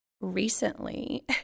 recently